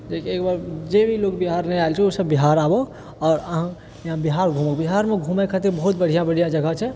जेकि एकबार जे भी लोग बिहार नहि आएल छै ओ सब बिहार आबू आओर यहाँ बिहार घुमु बिहारमे घुमै खातिर बहुत बढ़िआँ बढ़िआँ जगह छै